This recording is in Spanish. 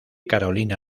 carolina